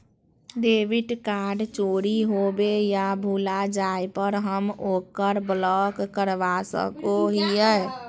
debit card चोरी होवे या भुला जाय पर हम ओकरा ब्लॉक करवा सको हियै